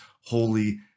Holy